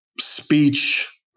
speech